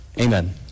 Amen